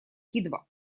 кидва